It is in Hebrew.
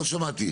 לא שמעתי.